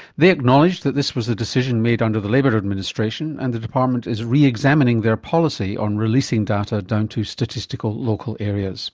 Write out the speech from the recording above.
they acknowledged that this was a decision made under the labor administration and the department is re-examining their policy on releasing data down to statistical local areas.